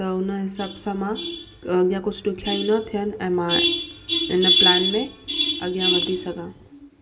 त उन हिसाब सां मां अॻियां कुझु ॾुखियाई न थियनि ऐं मां इन प्लान खे अॻियां वधी सघां